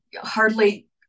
hardly